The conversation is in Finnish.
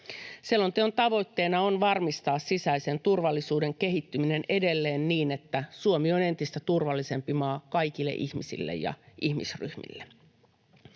Selonteon tavoitteena on varmistaa sisäisen turvallisuuden kehittyminen edelleen niin, että Suomi on entistä turvallisempi maa kaikille ihmisille ja ihmisryhmille.